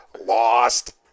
lost